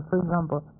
example,